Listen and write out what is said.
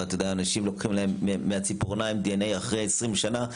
אנשים, לוקחים להם מהציפורניים DNA אחרי 20 שנה,